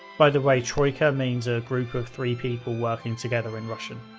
by the way, troika means a group of three people working together in russian.